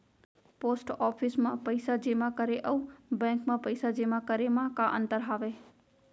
post office मा पइसा जेमा करे अऊ बैंक मा पइसा जेमा करे मा का अंतर हावे